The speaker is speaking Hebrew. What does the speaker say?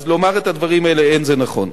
אז לומר את הדברים האלה אין זה נכון.